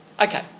Okay